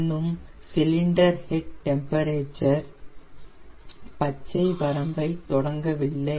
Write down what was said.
இன்னும் cylinder head temperature பச்சை வரம்பை தொடவில்லை